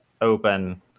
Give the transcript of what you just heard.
open